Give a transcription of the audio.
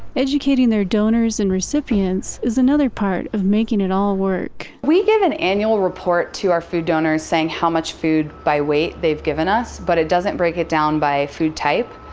educating their donors and recipients is another part of making it all work. we give an annual report to our food donors saying how much food, by weight, they've given us but it doesn't break it down by food type.